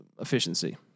efficiency